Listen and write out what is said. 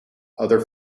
other